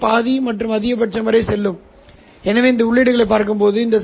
கட்டம் மற்றும் இருபடி கூறுகளில் நாம் பெற்ற ஒரு இறுதி புள்ளி இது ஒரு ஐ